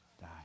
die